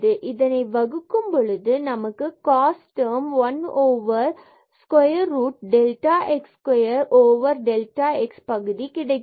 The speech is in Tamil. இதனை வகுக்கும் போது நமக்குப் cost term 1 over square root delta x square delta x பகுதி உள்ளது